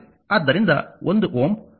ಆದ್ದರಿಂದ ಒಂದು Ω 1 ವೋಲ್ಟ್ ಪ್ರತಿ ಆಂಪಿಯರ್